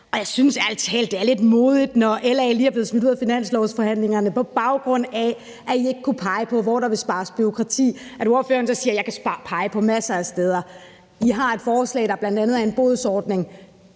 Og jeg synes ærlig talt, at det er lidt modigt, når LA lige er blevet smidt ud af finanslovsforhandlingerne, på baggrund af at I ikke kunne pege på, hvor der skal spares bureaukrati, at ordføreren så siger: Jeg kan pege på masser af steder. Vi har et forslag, der bl.a. er en bodsordning.